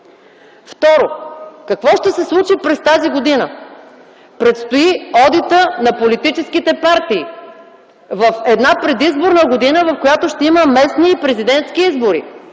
Второ, какво ще се случи през тази година? Предстои одитът на политическите партии в една предизборна година, в която ще има местни и президентски избори.